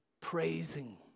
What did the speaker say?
praising